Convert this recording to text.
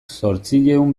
zortziehun